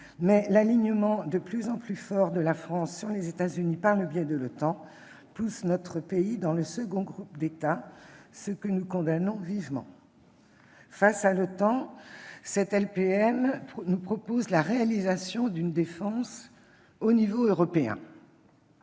Mais l'alignement de plus en plus fort de la France sur les États-Unis par le biais de l'OTAN pousse notre pays dans le second groupe d'États, ce que nous condamnons vivement. Face à l'OTAN, nous est proposée dans cette LPM la réalisation d'une défense au niveau européen.